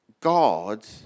God